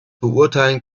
beurteilen